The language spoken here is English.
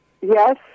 Yes